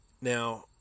now